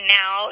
now